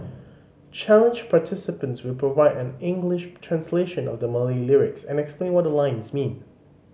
challenge participants will provide an English translation of the Malay lyrics and explain what the lines mean